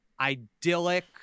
idyllic